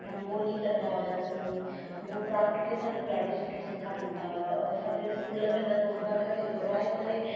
रंगोली कंदा हुआसीं उहो क्राफ्ट बि असांखे ॾाढो सुठो सेखारींदा हुआ और असांजे स्कूल में त कुंभार खे घुराए करे